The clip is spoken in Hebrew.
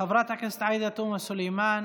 חברת הכנסת עאידה תומא סלימאן,